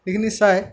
সেইখিনি চাই